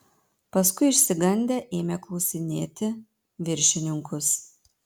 paskui išsigandę ėmė klausinėti viršininkus